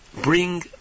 bring